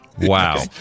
Wow